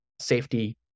safety